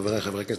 חברי חברי הכנסת,